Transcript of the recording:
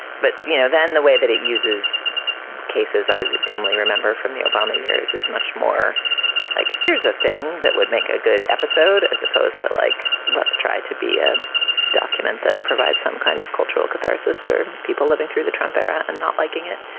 but you know, then the way that it uses cases i dimly remember from the obama years is much more like, here's the thing that would make a good episode as opposed to like let's try to be a document that provides some kind of cultural catharsis for people living through the trump era and not liking it.